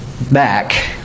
back